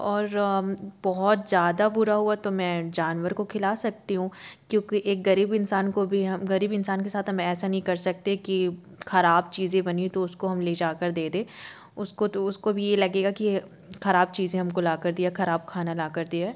और बहुत ज़्यादा बुरा हुआ तो मैं जानवर को खिला सकती हूँ क्योंकि एक ग़रीब इंसान को भी हम ग़रीब इंसान के साथ हम ऐसा नहीं कर सकते कि ख़राब चीज़े बनी हो तो उसको हम ले जा कर दे दें उसको तो उसको भी ये लगेगा कि ख़राब चीज़ें हम को ला कर दिया ख़राब खाना ला कर दिया है